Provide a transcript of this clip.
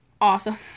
Awesome